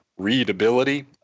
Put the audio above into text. readability